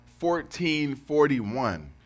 1441